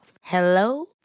Hello